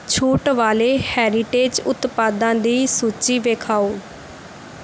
ਛੂਟ ਵਾਲੇ ਹੈਰੀਟੇਜ ਉਤਪਾਦਾਂ ਦੀ ਸੂਚੀ ਵਿਖਾਓ